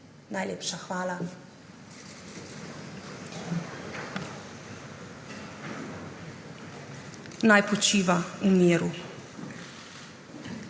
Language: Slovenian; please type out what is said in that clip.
Najlepša hvala. Naj počiva v miru.